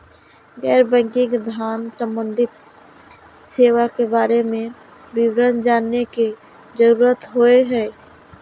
गैर बैंकिंग धान सम्बन्धी सेवा के बारे में विवरण जानय के जरुरत होय हय?